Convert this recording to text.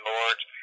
Lords